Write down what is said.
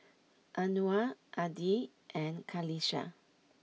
Anuar Adi and Qalisha